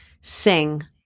sing